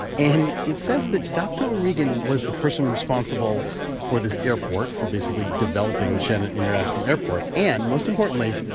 and it says that dr. o'regan was the person responsible for this airport for basically developing the shannon international airport. and most importantly,